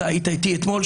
היית איתי אתמול,